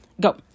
Go